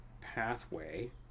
pathway